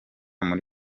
muri